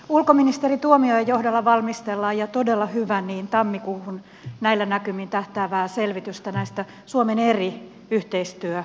ulkoministeri tuomiojan johdolla valmistellaan ja todella hyvä niin tammikuuhun näillä näkymin tähtäävää selvitystä näistä suomen eri yhteistyökuvioista